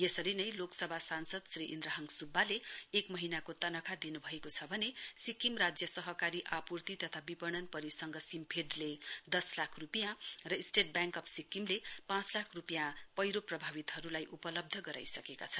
यसरी नै लोकसभा सांसद श्री इन्द्रहाङ सुब्बाले एक महीनाको तनखा दिनुभएको छ भने सिक्किम राज्य सहकारी आपूर्ति तथा विपणन परिसंघ सिफेड ले दस लाख रुपियाँ र स्टेट व्याङ्क अफ सिक्किमले पाँच लाख रुपियाँ पैह्रो प्रभावितहरुलाई उपलब्ध गराइसकेका छन्